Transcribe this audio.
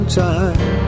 time